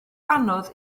anodd